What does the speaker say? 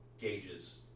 gauges